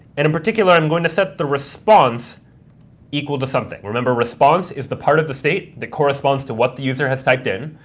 and in particular, i'm going to set the response equal to something. remember, response is the part of the state that corresponds to what the user has typed in,